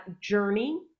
journey